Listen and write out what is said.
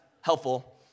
helpful